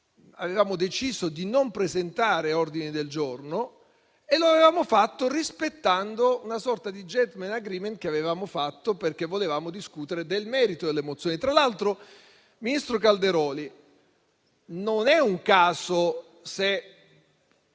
deciso di non presentare ordini del giorno e lo avevamo fatto rispettando una sorta di *gentlemen agreement* che era stato raggiunto perché volevamo discutere del merito delle mozioni. Tra l'altro, ministro Calderoli, non è un caso che